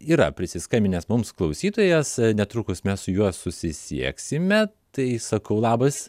yra prisiskambinęs mums klausytojas netrukus mes su juo susisieksime tai sakau labas